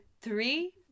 three